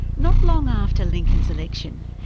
not long after lincoln's election,